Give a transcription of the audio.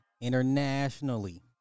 Internationally